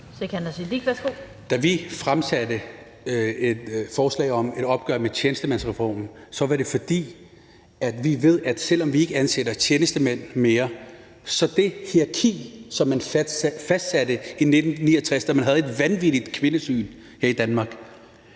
Da vi fremsatte et forslag om et opgør med tjenestemandsreformen, var det, fordi vi ved, at selv om vi ikke mere ansætter tjenestemænd, så er det hierarki, som man fastsatte i 1969, da man havde et vanvittigt kvindesyn her i Danmark,